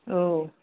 औ